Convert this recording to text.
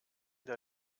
der